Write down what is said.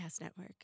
Network